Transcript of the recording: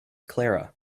clara